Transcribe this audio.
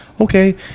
okay